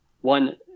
one